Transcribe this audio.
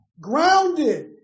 Grounded